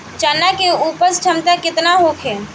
चना के उपज क्षमता केतना होखे?